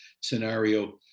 scenario